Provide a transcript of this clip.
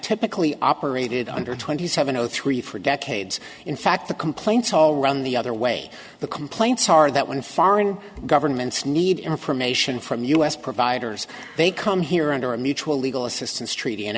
typically operated under twenty seven o three for decades in fact the complaints all run the other way the complaints are that when foreign governments need information from u s providers they come here under a mutual legal assistance treaty